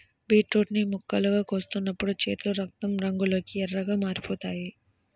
beetroot ని ముక్కలుగా కోస్తున్నప్పుడు చేతులు రక్తం రంగులోకి ఎర్రగా మారిపోతాయి